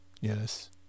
Yes